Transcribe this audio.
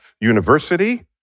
University